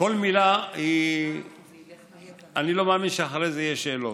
כל מילה אני לא מאמין שאחרי זה תהיינה שאלות.